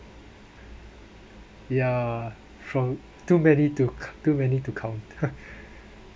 ya from too many to too many to count